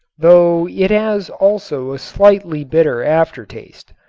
though it has also a slightly bitter aftertaste.